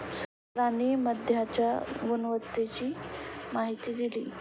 सरांनी मधाच्या गुणवत्तेची माहिती दिली